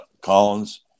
Collins